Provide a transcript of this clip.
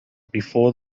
before